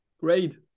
great